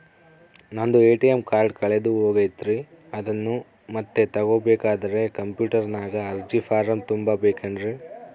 ನಂದು ATM card ಕಳೆದು ಹೋಗೈತ್ರಿ ಅದನ್ನು ಮತ್ತೆ ತಗೋಬೇಕಾದರೆ ಕಂಪ್ಯೂಟರ್ ನಾಗ ಅರ್ಜಿ ಫಾರಂ ತುಂಬಬೇಕನ್ರಿ?